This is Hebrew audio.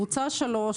קבוצה שלוש,